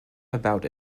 about